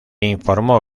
informó